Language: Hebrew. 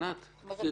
ענת, אני מבקש.